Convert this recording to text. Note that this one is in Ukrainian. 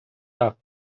так